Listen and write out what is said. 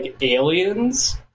aliens